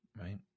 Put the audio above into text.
right